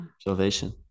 salvation